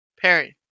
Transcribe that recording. Perry